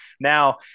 now